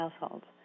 households